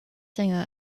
singer